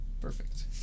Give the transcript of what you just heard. Perfect